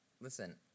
listen